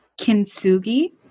Kintsugi